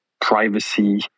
privacy